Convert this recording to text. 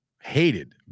hated